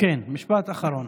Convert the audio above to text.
כן, משפט אחרון.